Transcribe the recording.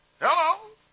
Hello